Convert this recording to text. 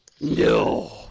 no